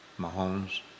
Mahomes